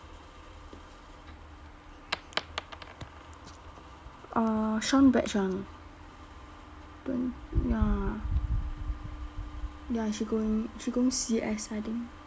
uh sean batch [one] then ya ya she going she going C_S I think